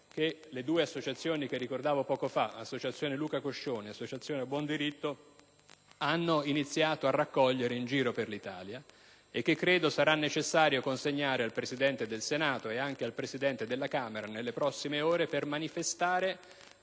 che le due associazioni che ricordavo poco fa, "Associazione Luca Coscioni" e "A Buon Diritto", hanno iniziato a raccogliere in giro per l'Italia. Credo sarà necessario consegnarli al Presidente del Senato e al Presidente della Camera nelle prossime ore per manifestare